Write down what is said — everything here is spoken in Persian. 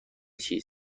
چیز